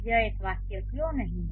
यह एक वाक्य क्यों नहीं है